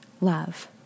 love